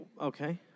okay